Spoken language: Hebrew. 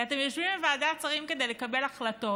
ואתם יושבים בוועדת שרים כדי לקבל החלטות.